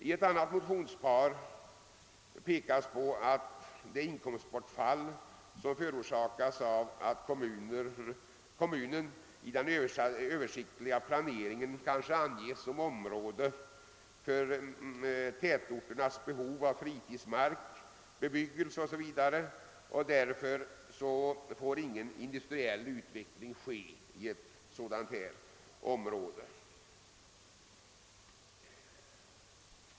I ett annat motionspar pekas på att det inkomstbortfall som förorsakas av att kommunen i den översiktliga planeringen anges som område för tätorternas behov av fritidsmark, fritidsbebyggelse o. s. v., varför ingen industriell utveckling får ske inom området.